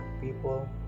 people